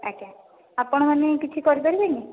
ଆଜ୍ଞା ଆପଣମାନେ କିଛି କରିପାରିବେନି